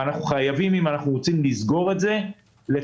אם אנחנו רוצים לסגור את זה אנחנו חייבים